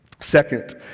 Second